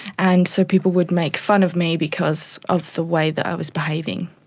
and so people would make fun of me because of the way that i was behaving.